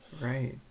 Right